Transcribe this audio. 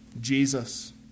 Jesus